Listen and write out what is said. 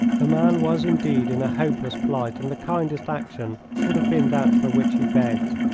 the man was indeed in a hopeless plight, and the kindest action would have been that for which he begged.